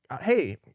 Hey